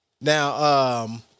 Now